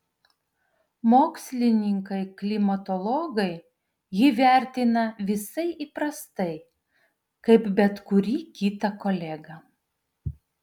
mokslininkai klimatologai jį vertina visai įprastai kaip bet kurį kitą kolegą